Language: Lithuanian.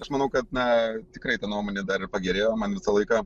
aš manau kad na tikrai ta nuomonė dar ir pagerėjo man visą laiką